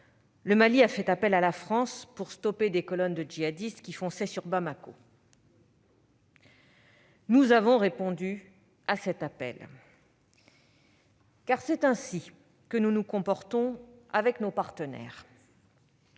le Mali a fait appel à la France pour stopper des colonnes de djihadistes qui fonçaient sur Bamako. Nous avons répondu à cet appel, car c'est ainsi que nous nous comportons avec nos partenaires